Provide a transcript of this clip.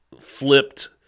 flipped